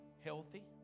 healthy